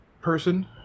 person